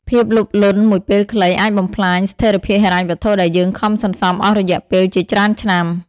ភាពលោភលន់មួយពេលខ្លី អាចបំផ្លាញស្ថិរភាពហិរញ្ញវត្ថុដែលយើងខំសន្សំអស់រយៈពេលជាច្រើនឆ្នាំ។